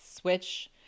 switch